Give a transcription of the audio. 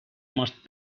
must